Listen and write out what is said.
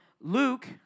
Luke